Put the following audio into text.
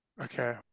Okay